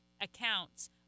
accounts